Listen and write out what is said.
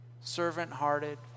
Servant-hearted